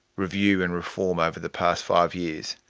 review and reform over the past five years.